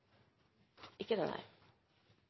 ikkje. Det